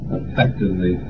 effectively